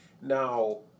Now